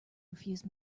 refused